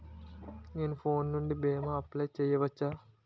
నేను ఫోన్ నుండి భీమా అప్లయ్ చేయవచ్చా?